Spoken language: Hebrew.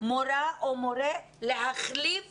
מורה להחליף